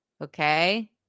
Okay